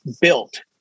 built